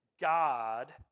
God